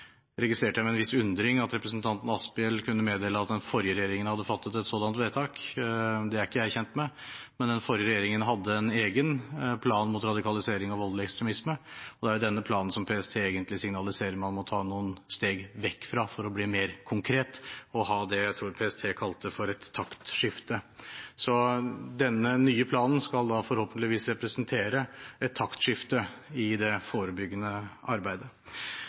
registrerte med en viss undring at representanten Asphjell kunne meddele at den forrige regjeringen hadde fattet et sådant vedtak. Det er ikke jeg kjent med. Men den forrige regjeringen hadde en egen plan mot radikalisering og voldelig ekstremisme, og det er denne planen som PST egentlig signaliserer at man må ta noen steg vekk fra for å bli mer konkret og ha det jeg tror PST kalte et taktskifte. Denne nye planen skal da forhåpentligvis representere et taktskifte i det forebyggende arbeidet.